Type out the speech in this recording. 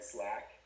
Slack